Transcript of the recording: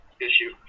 issue